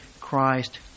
Christ